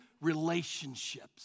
relationships